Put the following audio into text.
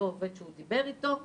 שהוא דיבר איתו,